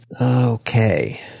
Okay